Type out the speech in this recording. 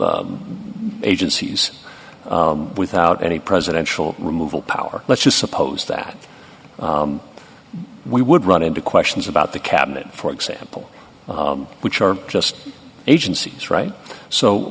member agencies without any presidential removal power let's just suppose that we would run into questions about the cabinet for example which are just agencies right so